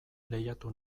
lehiatu